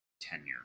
tenure